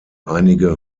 einige